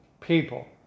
people